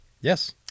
Yes